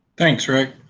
thanks, rick.